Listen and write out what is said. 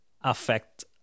affect